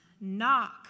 Knock